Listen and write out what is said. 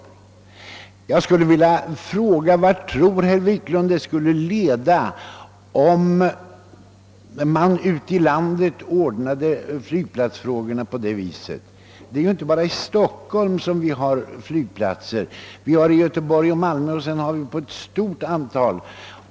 Jag vill då fråga: Vart tror herr Wiklund i Stockholm att det skulle leda, om man ute i landet ordnade flygplatsfrågorna på det viset? Det är ju inte bara i Stockholm som vi har flygplatser — vi har det i Göteborg och Malmö och på ett stort antal andra håll.